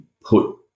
put